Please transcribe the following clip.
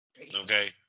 Okay